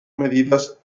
medidas